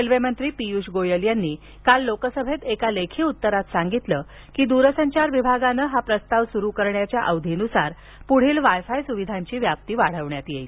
railway मंत्री पियुष गोयल यांनी काल लोकसभेत एका लेखी उत्तरात सांगितले की दूरसंचार विभागाने हा प्रस्ताव सुरु करण्याच्या अवधीनुसार पुढील वायफाय सुविधांची व्याप्ती वाढविण्यात येतील